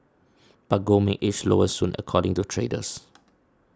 but gold may edge lower soon according to traders